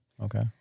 Okay